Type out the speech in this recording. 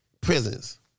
Prisons